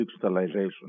digitalization